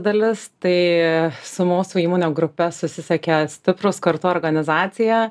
dalis tai su mūsų įmonių grupe susisiekė stiprūs kartu organizacija